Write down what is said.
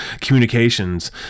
communications